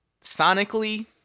sonically